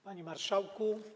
Panie Marszałku!